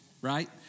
right